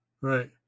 Right